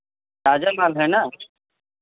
ताज़ा माल है ना